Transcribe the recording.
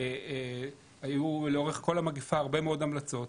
היו לאורך המגפה הרבה מאוד המלצות